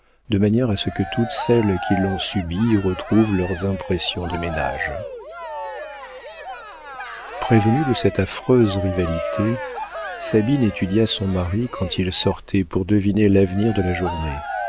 de manière que toutes celles qui l'ont subie y retrouvent leurs impressions de ménage prévenue de cette affreuse rivalité sabine étudia son mari quand il sortait pour deviner l'avenir de la journée